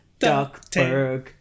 Duckburg